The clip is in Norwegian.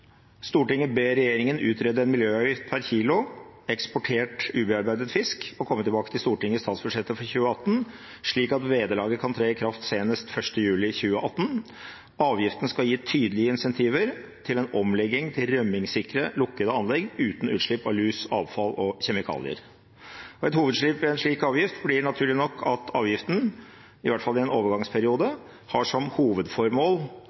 Stortinget i statsbudsjettet for 2018, slik at vederlaget kan tre i kraft senest 1. juli 2018. Avgiften skal gi tydelige incentiver til omlegging til rømningssikre lukkede anlegg uten utslipp av lus, avfall og kjemikalier.» Et hovedtrekk ved en slik avgift blir naturlig nok at avgiften, i hvert fall i en overgangsperiode, har som hovedformål